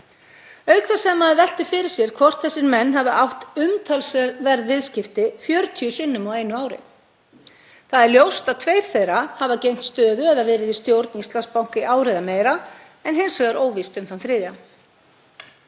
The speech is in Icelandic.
Auk þess veltir maður fyrir sér hvort þessir menn hafi átt umtalsverð viðskipti 40 sinnum á einu ári. Það er ljóst að tveir þeirra hafa gegnt stöðu eða verið í stjórn Íslandsbanka í ár eða meira, en hins vegar er óvíst um þann þriðja.